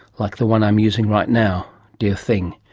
like the one i'm using right now? dear thing,